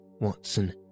Watson